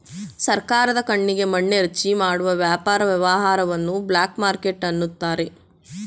ಸರ್ಕಾರದ ಕಣ್ಣಿಗೆ ಮಣ್ಣೆರಚಿ ಮಾಡುವ ವ್ಯಾಪಾರ ವ್ಯವಹಾರವನ್ನು ಬ್ಲಾಕ್ ಮಾರ್ಕೆಟ್ ಅನ್ನುತಾರೆ